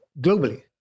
globally